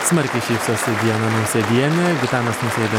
smarkiai šypsosi diana nausėdienė gitanas nausėda